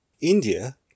India